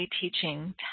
teaching